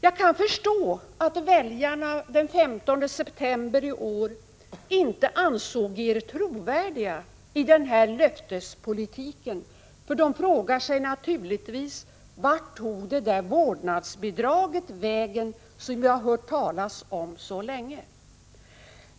Jag kan förstå att väljarna den 15 september i år inte ansåg er trovärdiga i den här löftespolitiken. För de frågar sig naturligtvis: Vart tog vårdnadsbidraget vägen som vi har hört talas om så länge?